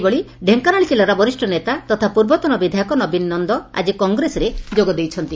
ସେହିଭଳି ଢେଙ୍କାନାଳ ଜିଲ୍ଲାର ବରିଷ୍ ନେତା ତଥା ପୂର୍ବତନ ବିଧାୟକ ନବୀନ ନନ ଆଜି କଂଗ୍ରେସରେ ଯୋଗ ଦେଇଛନ୍ତି